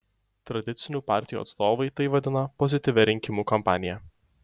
tradicinių partijų atstovai tai vadina pozityvia rinkimų kampanija